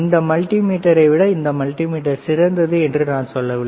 இந்த மல்டிமீட்டரை விட இந்த மல்டிமீட்டர் சிறந்தது என்று நான் சொல்லவில்லை